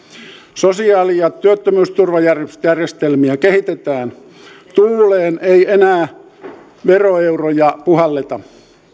sosiaali ja työttömyysturvajärjestelmiä kehitetään tuuleen ei enää veroeuroja puhalleta